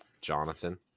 Jonathan